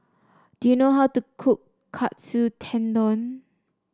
do you know how to cook Katsu Tendon